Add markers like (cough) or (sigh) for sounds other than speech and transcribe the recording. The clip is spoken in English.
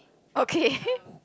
okay (laughs)